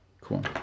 cool